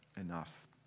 enough